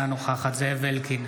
אינה נוכחת זאב אלקין,